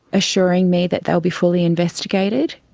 assuring me that they'll be fully investigated,